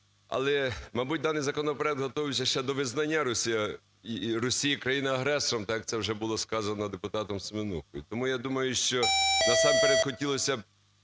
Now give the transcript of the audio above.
Але, мабуть, даний законопроект готувався ще до визнання Росії країною-агресором як це вже було сказано депутатом Семенухою. Тому я думаю, що насамперед хотілося б